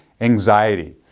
anxiety